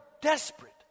desperate